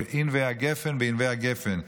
כ"ענבי הגפן בענבי הגפן".